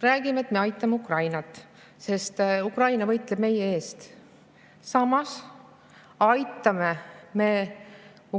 räägime, et me aitame Ukrainat, sest Ukraina võitleb meie eest. Samas me aitame